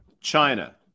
China